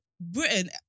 Britain